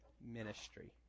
ministry